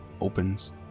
opens